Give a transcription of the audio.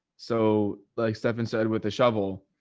so like stephanie said, with the shovel,